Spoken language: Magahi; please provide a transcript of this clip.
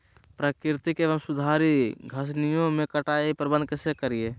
प्राकृतिक एवं सुधरी घासनियों में कटाई प्रबन्ध कैसे करीये?